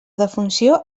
defunció